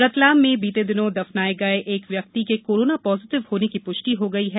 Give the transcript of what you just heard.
रतलाम में बीते दिनो दफनाये गये एक व्यक्ति के कोरोना पॉजीटिव होने की पूष्टि हो गई है